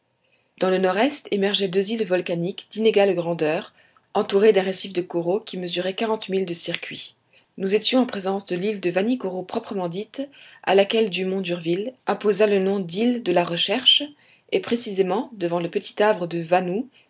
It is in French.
dans le nord-est émergeaient deux îles volcaniques d'inégale grandeur entourées d'un récif de coraux qui mesurait quarante milles de circuit nous étions en présence de l'île de vanikoro proprement dite à laquelle dumont d'urville imposa le nom d'île de la recherche et précisément devant le petit havre de vanou